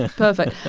ah perfect.